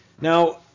now